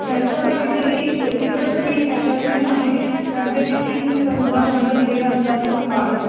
त्यांचं बेसिकली तिकडचं main attraction आहे त्यांचे ते तीन समुद्रामधलं विवेकानंदांचं स्मारक